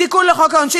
תיקון לחוק העונשין,